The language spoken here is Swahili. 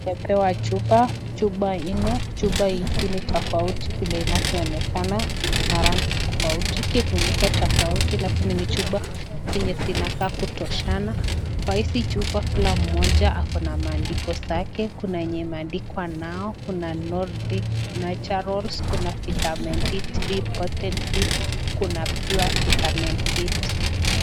Tumepewa chupa. Chupa nne. Chupa hizi ni tofauti vile inavyoonekana, viko na rangi tofauti, kifuniko tofauti, lakini ni chupa zenye zinakaa kutoshana. Kwa hizi chupa kila mmoja ako na maandiko zake. Kuna enye imeandikwa Now, kuna Nordic Naturals, kuna Vitamin D3 Potency, kuna pure vitamin D3.